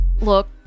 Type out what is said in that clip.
look